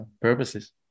purposes